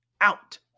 out